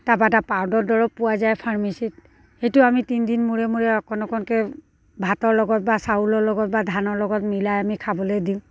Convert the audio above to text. তাৰপৰা এটা পাউদাৰ দৰৱ পোৱা যায় ফাৰ্মেচিত সেইটো আমি তিনদিন মূৰে মূৰে অকণ অকণকৈ ভাতৰ লগত বা চাউলৰ লগত বা ধানৰ লগত মিলাই আমি খাবলৈ দিওঁ